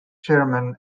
chairman